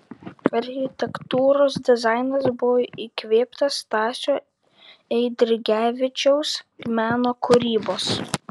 architektūros dizainas buvo įkvėptas stasio eidrigevičiaus meno kūrybos